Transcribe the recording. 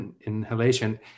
inhalation